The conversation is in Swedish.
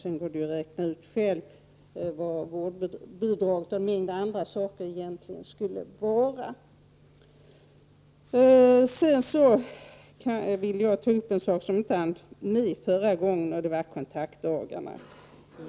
Sedan går det att räkna ut vad vårdbidraget och en mängd andra saker egentligen skulle ligga på för nivå. Jag vill också ta upp något som jag inte hann med i mitt förra inlägg, nämligen kontaktdagarna.